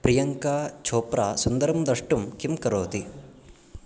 प्रियङ्का छोप्रा सुन्दरं द्रष्टुं किं करोति